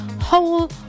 whole